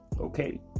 Okay